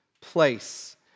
place